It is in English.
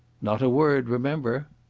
not a word, remember!